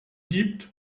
gibt